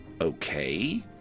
Okay